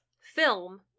film